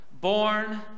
Born